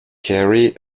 carey